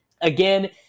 Again